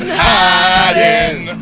hiding